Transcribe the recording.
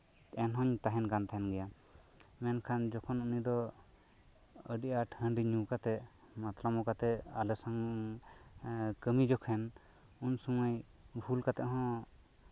ᱮᱱᱦᱚᱸᱧ ᱛᱟᱦᱮᱱ ᱠᱟᱱ ᱜᱮᱭᱟ ᱢᱮᱱᱠᱷᱟᱱ ᱡᱚᱠᱷᱚᱱ ᱩᱱᱤ ᱫᱚ ᱟᱸᱰᱤ ᱟᱸᱴ ᱦᱟᱺᱰᱤ ᱧᱩ ᱠᱟᱛᱮᱫ ᱢᱟᱛᱞᱟᱢᱳ ᱠᱟᱛᱮᱫ ᱟᱞᱮ ᱥᱟᱣ ᱠᱟᱹᱢᱤ ᱡᱚᱠᱷᱚᱱ ᱩᱱ ᱥᱚᱢᱚᱭ ᱵᱷᱩᱞ ᱠᱟᱛᱮ ᱦᱚᱸ